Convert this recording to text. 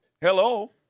Hello